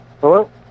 Hello